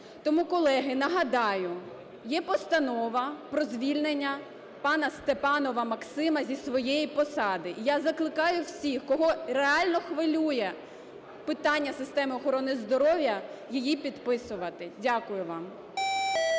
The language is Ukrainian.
Тому, колеги, нагадаю, є постанова про звільнення пана Степанова Максима зі своєї посади. Я закликаю всіх, кого реально хвилює питання системи охорони здоров'я, її підписувати. Дякую вам.